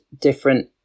different